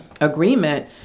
agreement